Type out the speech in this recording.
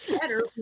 better